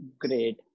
Great